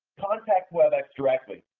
contact webex directly.